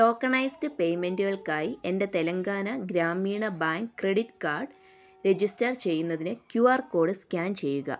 tokenised പേയ്മെൻ്റുകൾക്കായി എൻ്റെ Telangana Grameena bank credit card register ചെയ്യുന്നതിന് ക്യൂ ആർ കോഡ് സ്കാൻ ചെയ്യുക